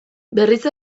berriz